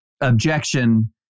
objection